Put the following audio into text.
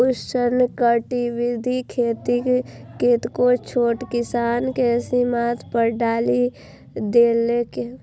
उष्णकटिबंधीय खेती कतेको छोट किसान कें सीमांत पर डालि देलकै